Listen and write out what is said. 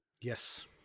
Yes